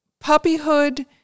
puppyhood